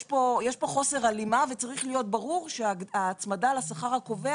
יש פה חוסר הלימה וצריך להיות ברור שההצמדה לשכר הקובע